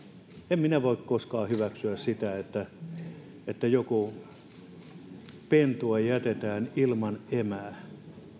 en minä voi koskaan hyväksyä sitä että että joku pentue jätetään ilman emää